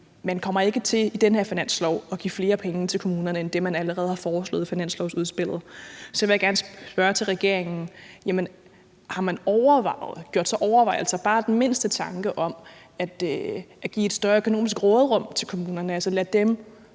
den her finanslov at give flere penge til kommunerne end dem, man allerede har foreslået i finanslovsudspillet, og så vil jeg gerne spørge regeringen: Har man gjort sig nogle overvejelser, bare den mindste tanke, at give et større økonomisk råderum til kommunerne, altså at lade dem